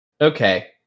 Okay